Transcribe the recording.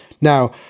Now